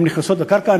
הן נכנסות לקרקע,